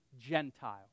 Gentile